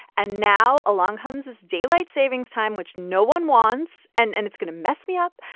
and now along comes as daylight savings time, which no one wants. and and it's going to mess me up.